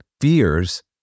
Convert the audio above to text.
fears